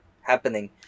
happening